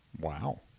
Wow